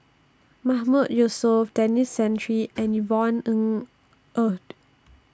Mahmood Yusof Denis Santry and Yvonne Ng Uhde